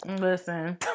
listen